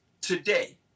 Today